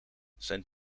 zijn